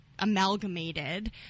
amalgamated